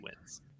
wins